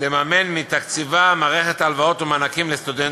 לממן מתקציבה מערכת הלוואות ומענקים לסטודנטים,